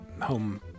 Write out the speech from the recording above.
Home